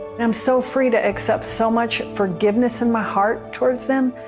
um so free to accept so much forgiveness in my heart toward them,